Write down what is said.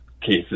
cases